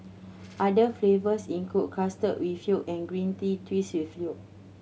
other flavours include custard with yolk and green tea twist with yolk